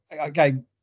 again